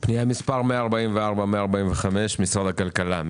תקצוב סך של 14,250 אלפי שקלים בהרשאה עבור מוסדות ציבור,